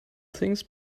things